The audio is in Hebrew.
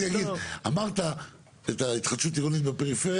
אבל רגע, אמרת על ההתחדשות העירונית בפריפריה.